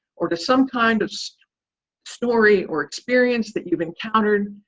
or to some kind of so story or experience that you've encountered,